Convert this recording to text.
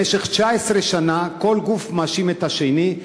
במשך 19 שנה כל גוף מאשים את השני,